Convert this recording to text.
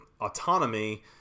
autonomy